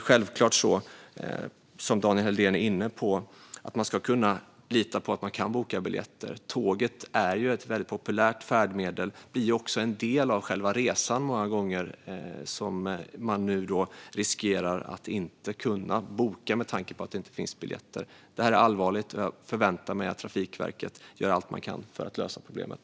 Självklart ska man, som Daniel Helldén var inne på, kunna lita på att man kan boka biljetter. Tåget är ett väldigt populärt färdmedel, och det blir en del av själva resandet som man, som nu, riskerar att inte kunna genomföra när det inte går att boka biljetter. Detta är allvarligt, och jag förväntar mig att Trafikverket gör allt de kan för att lösa problemet.